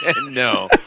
No